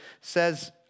says